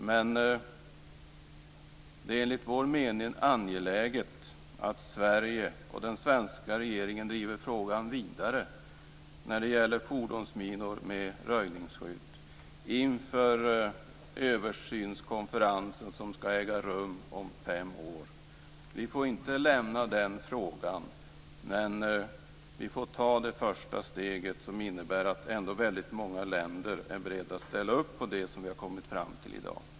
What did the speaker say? Men det är enligt vår mening angeläget att Sverige och den svenska regeringen driver frågan vidare när det gäller fordonsminor med röjningsskydd inför översynskonferensen, som skall äga rum om fem år. Vi får inte lämna den frågan, men vi får ta det första steget, som ändå innebär att väldigt många länder är beredda att ställa upp på det som vi har kommit fram till i dag.